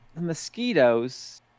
mosquitoes